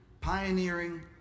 pioneering